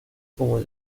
como